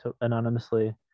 anonymously